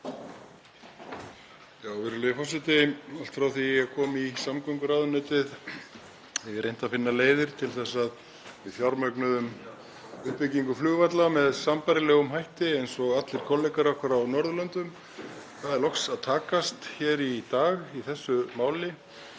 Virðulegur forseti. Allt frá því að ég kom í samgönguráðuneytið hef ég reynt að finna leiðir til að við fjármögnuðum uppbyggingu flugvalla með sambærilegum hætti og allir kollegar okkar á Norðurlöndum. Það er loks að takast hér í dag í þessu máli.